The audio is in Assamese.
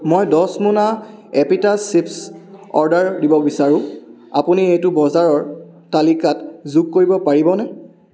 মই দহ মোনা এপিটাছ চিপ্ছ অৰ্ডাৰ দিব বিচাৰো আপুনি এইটো বজাৰৰ তালিকাত যোগ কৰিব পাৰিবনে